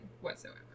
whatsoever